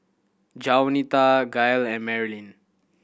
Jaunita Gail and Marylyn